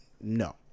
no